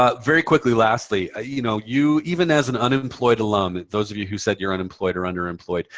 ah very quickly, lastly, ah you know, you even as an unemployed alum, those of you who said you're unemployed or underemployed,